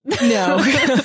no